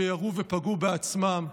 שירו ופגעו בעצמם.